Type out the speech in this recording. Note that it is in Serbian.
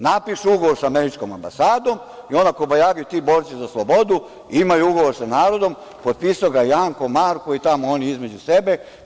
Napišu ugovor sa američkom ambasadom i onda kobajagi ti borci za slobodu imaju ugovor sa narodom, potpisao ga Janko, Marko i tamo oni između sebe.